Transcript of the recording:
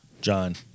John